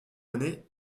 année